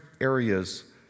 areas